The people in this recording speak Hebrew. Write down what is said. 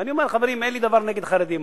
ואני אומר: חברים, אין לי דבר נגד חרדים.